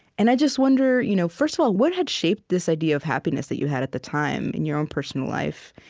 and i just wonder you know first of all, what had shaped this idea of happiness that you had at the time, in your own personal life,